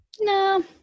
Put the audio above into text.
no